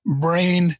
brain